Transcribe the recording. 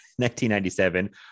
1997